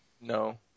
No